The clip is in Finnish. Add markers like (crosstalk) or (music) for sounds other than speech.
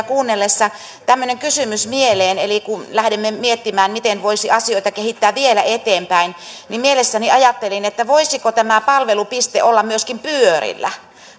(unintelligible) kuunnellessa tämmöinen kysymys mieleen eli kun lähdemme miettimään miten voisi asioita kehittää vielä eteenpäin niin mielessäni ajattelin että voisiko tämä palvelupiste olla myöskin pyörillä